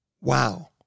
Wow